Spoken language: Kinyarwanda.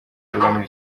muri